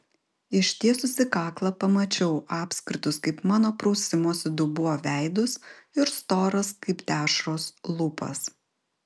ištiesusi kaklą pamačiau apskritus kaip mano prausimosi dubuo veidus ir storas kaip dešros lūpas